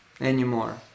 anymore